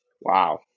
Wow